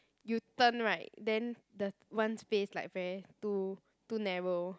you turn right then the one space like very too too narrow